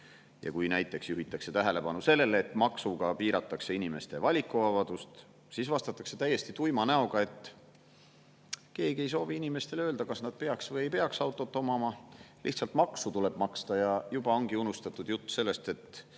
Ja kui näiteks juhitakse tähelepanu sellele, et maksuga piiratakse inimeste valikuvabadust, siis vastatakse täiesti tuima näoga, et keegi ei soovi inimestele öelda, kas nad peaks või ei peaks autot omama, lihtsalt maksu tuleb maksta. Juba ongi unustatud jutt sellest, et